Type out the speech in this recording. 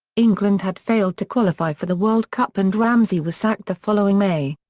england had failed to qualify for the world cup and ramsey was sacked the following may.